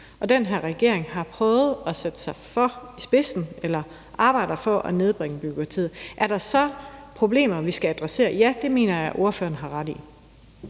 og den her regering har prøvet at arbejde for at nedbringe bureaukratiet. Er der så problemer, vi skal adressere? Ja, der mener jeg, at ordføreren har ret.